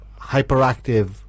hyperactive